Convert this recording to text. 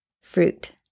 fruit